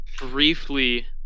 briefly